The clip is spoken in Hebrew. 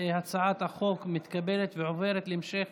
הצעת החוק מתקבלת ועוברת להמשך